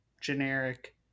generic